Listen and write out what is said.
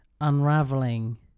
unraveling